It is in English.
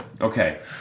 Okay